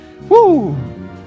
Woo